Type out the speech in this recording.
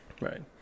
right